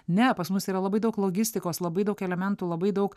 ne pas mus yra labai daug logistikos labai daug elementų labai daug